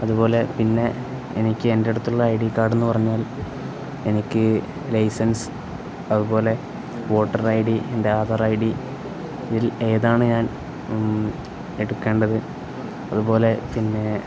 അതുപോലെ പിന്നെ എനിക്ക് എൻ്റെ അടുത്തുള്ള ഐ ഡി കാർഡെന്നു പറഞ്ഞാൽ എനിക്ക് ലൈസൻസ് അതുപോലെ വോട്ടർ ഐ ഡി എൻ്റെ ആധാർ ഐ ഡി ഇതിൽ ഏതാണ് ഞാൻ എടുക്കേണ്ടത് അതുപോലെ പിന്നെ